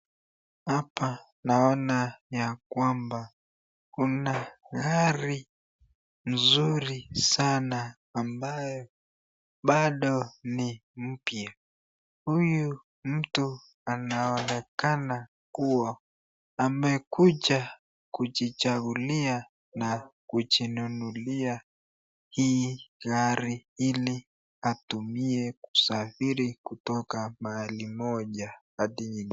Hapa naona ya kwamba kuna gari mzuri sana am ayo pado ni mpya huyu mtu anaonekana kuwa amekuja kujichagulia na kujinunulia hii gari hili atumie kusafiri kutoka mahali moja hadi nyingine.